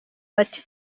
bati